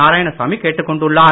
நாராயணசாமி கேட்டுக் கொண்டுள்ளார்